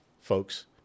folks